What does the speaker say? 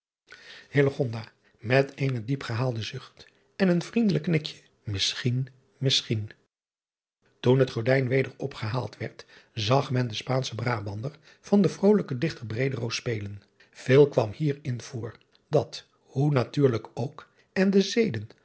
met eenen diepgehaalden zucht en een vriendelijk knikje isschien misschien oen het gordijn weder opgehaald werd zag men den paanschen rabandervan den vrolijken ichter spelen eel kwam hier in driaan oosjes zn et leven van illegonda uisman voor dat hoe natuurlijk ook en de zeden